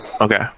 Okay